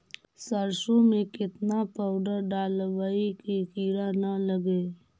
सरसों में केतना पाउडर डालबइ कि किड़ा न लगे?